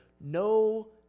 No